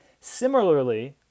similarly